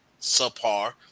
subpar